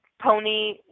pony